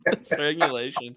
strangulation